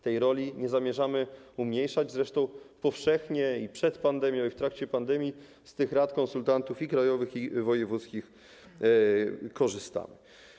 Tej roli nie zamierzamy umniejszać, zresztą powszechnie i przed pandemią, i w trakcie pandemii z tych rad konsultantów - i krajowych, i wojewódzkich - korzystamy.